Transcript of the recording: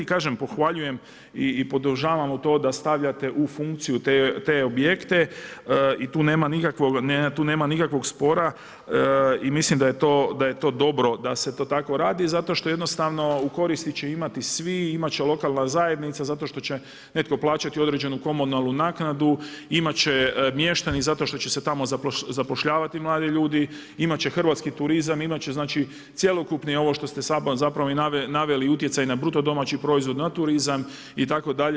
Kažem, pohvaljujem i podržavamo to da stavljate u funkciju te objekte i tu nema nikakvog spora i mislim da je to dobro da se to tako radi zato što jednostavno koristi će imati svi, imati će lokalna zajednica zato što će netko plaćati određenu komunalnu naknadu, imati će mještani zato što će se tamo zapošljavati mladi ljudi, imati će hrvatski turizam, imati će znači cjelokupni, ovo što ste ... i naveli, utjecaj na bruto domaći proizvod, na turizam itd.